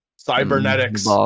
cybernetics